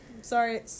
sorry